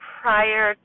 prior